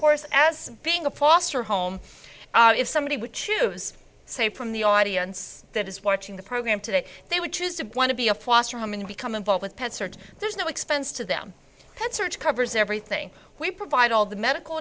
course as being a foster home if somebody would choose say from the audience that is watching the program today they would choose to want to be a foster home and become involved with pet search there's no expense to them that search covers everything we provide all the medical